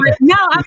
No